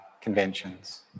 conventions